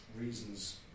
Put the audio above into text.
reasons